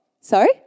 Sorry